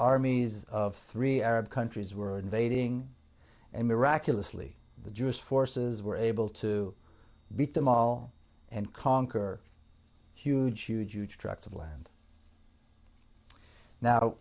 armies of three arab countries were invading and miraculously the jewish forces were able to beat them all and conquer huge huge huge tracts of land now